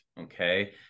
Okay